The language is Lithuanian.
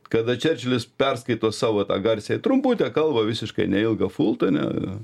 kada čerčilis perskaito savo tą garsiąją trumputę kalbą visiškai neilgą fultone